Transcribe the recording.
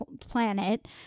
planet